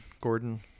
Gordon